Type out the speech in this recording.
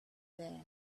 there